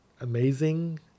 amazing